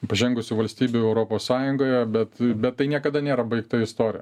pažengusių valstybių europos sąjungoje bet bet tai niekada nėra baigta istorija